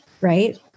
right